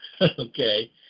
Okay